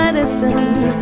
Medicine